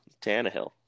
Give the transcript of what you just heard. Tannehill